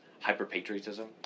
hyper-patriotism